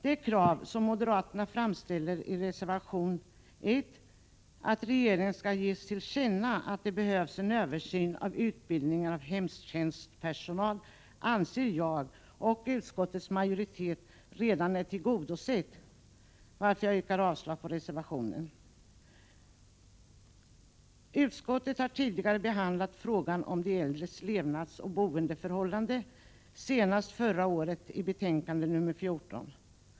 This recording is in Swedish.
Det krav som moderaterna ställer i reservation 1, att regeringen skall ges till känna att det behövs en översyn av utbildningen av hemtjänstpersonal, anser jag och utskottets majoritet redan vara tillgodosett, varför jag yrkar avslag på reservationen. Utskottet har tidigare behandlat frågan om de äldres levnadsoch boendeförhållanden, senast förra året i betänkande nr 14.